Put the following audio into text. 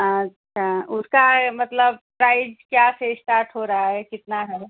अच्छा उसका मतलब प्राइज क्या से इश्टाट हो रहा है कितना है